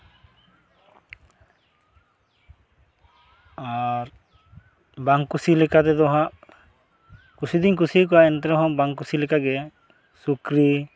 ᱟᱨ ᱵᱟᱝ ᱠᱩᱥᱤ ᱞᱮᱠᱟ ᱛᱮᱫᱚ ᱦᱟᱸᱜ ᱠᱩᱥᱤ ᱫᱩᱧ ᱠᱩᱥᱤᱭᱟᱠᱚᱣᱟ ᱮᱱᱛᱮ ᱨᱚᱦᱚᱸ ᱵᱟᱝ ᱠᱩᱥᱤ ᱞᱮᱠᱟ ᱜᱮ ᱥᱩᱠᱨᱤ